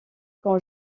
quand